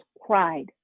cried